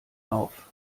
auf